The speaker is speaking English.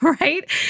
right